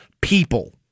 people